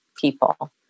people